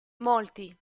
molti